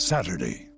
Saturday